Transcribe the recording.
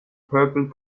purple